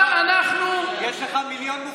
יש לך מיליון מובטלים.